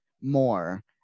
more